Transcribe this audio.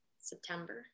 september